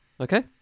Okay